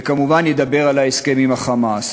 וכמובן ידבר על ההסכם עם ה"חמאס".